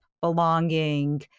belonging